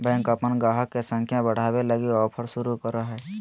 bank अपन गाहक के संख्या बढ़ावे लगी ऑफर शुरू करो हय